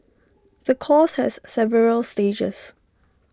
the course has several stages